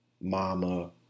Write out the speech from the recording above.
mama